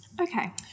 Okay